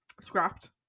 scrapped